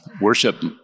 worship